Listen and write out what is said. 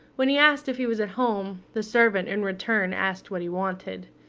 when he asked if he was at home, the servant, in return, asked what he wanted.